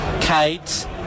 Kate